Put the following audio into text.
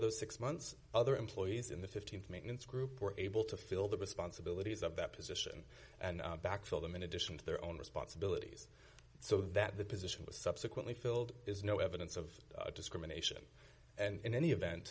those six months other employees in the th maintenance group were able to fill the responsibilities of that position and backfill them in addition to their own responsibilities so that the position was subsequently filled is no evidence of discrimination and in any event